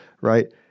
right